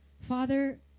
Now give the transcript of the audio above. Father